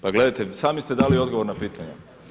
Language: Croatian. Pa gledajte, sami ste dali odgovor na pitanje.